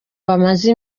bamaze